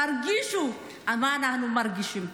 תרגישו מה שאנחנו מרגישים.